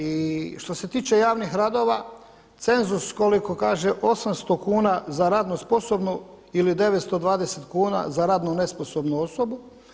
I što se tiče javnih radova cenzus koliko kaže 800 kuna za radno sposobnu ili 920 kuna za radno nesposobnu osobu.